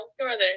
northern